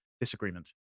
disagreement